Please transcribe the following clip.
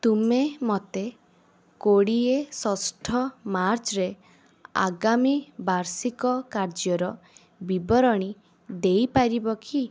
ତୁମେ ମୋତେ କୋଡ଼ିଏ ଷଷ୍ଠ ମାର୍ଚ୍ଚରେ ଆଗାମୀ ବାର୍ଷିକ କାର୍ଯ୍ୟର ବିବରଣୀ ଦେଇପାରିବ କି